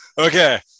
Okay